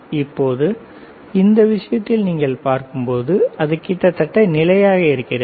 இப்போது இந்த விஷயத்தில் நீங்கள் பார்க்கும்போது அது கிட்டத்தட்ட நிலையாக இருக்கிறது